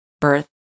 birth